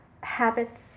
habits